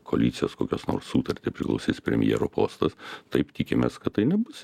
koalicijos kokias nors sutartį priklausys premjero postas taip tikimės kad tai nebus